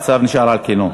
והצו נשאר על כנו.